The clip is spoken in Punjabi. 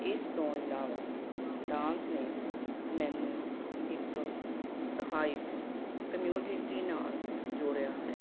ਇਸ ਤੋਂ ਇਲਾਵਾ ਡਾਂਸ ਨੇ ਮੈਨੂੰ ਇੱਕ ਸਹਾਇਕ ਕਮਿਊਟੀਂਟੀ ਨਾਲ ਜੋੜਿਆ ਹੈ